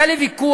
היה לי ויכוח,